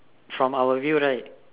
from our view right